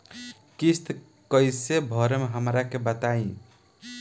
किस्त कइसे भरेम हमरा के बताई?